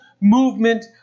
movement